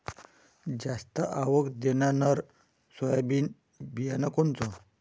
जास्त आवक देणनरं सोयाबीन बियानं कोनचं?